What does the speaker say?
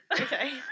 Okay